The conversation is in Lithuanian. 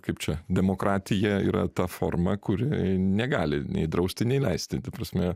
kaip čia demokratija yra ta forma kuri negali nei draustini leisti ta prasme